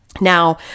Now